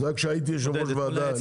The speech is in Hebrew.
זה היה כשהייתי ראש הוועדה, פורר, לפניך.